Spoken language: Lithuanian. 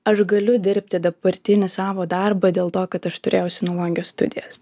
aš galiu dirbti dabartinį savo darbą dėl to kad aš turėjau sinologijos studijas